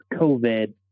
COVID